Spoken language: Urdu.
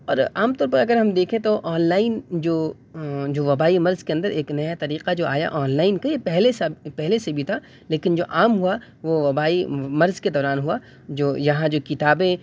اور عام طور پر اگر ہم دیکھیں تو آنلائن جو جو وبائی مرض کے اندر ایک نیا طریقہ جو آیا آنلائن کا یہ پہلے پہلے سے بھی تھا لیکن جو عام ہوا وہ وبائی مرض کے دوران ہوا جو یہاں جو کتابیں